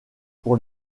pour